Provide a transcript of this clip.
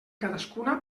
cadascuna